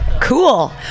Cool